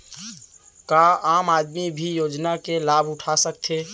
का आम आदमी भी योजना के लाभ उठा सकथे?